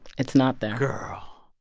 it's not there girl,